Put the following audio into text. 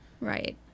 Right